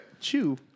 chew